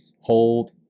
hold